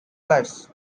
lives